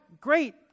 great